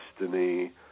destiny